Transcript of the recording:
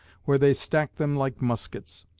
where they stacked them like muskets.